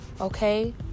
okay